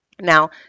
Now